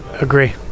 agree